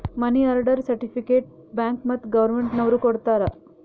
ಮನಿ order certificate bank ಮತ್ತ್ government ನವ್ರು ಕೊಡ್ತಾರ